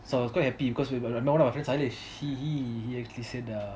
so I was quite happy because we got a lot of friends' ideas he he actually said err